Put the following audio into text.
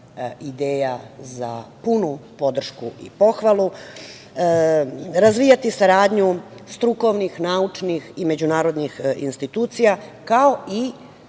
ideja za punu podršku i pohvalu. Razvijati saradnju strukovnih, naučnih i međunarodnih institucija kao i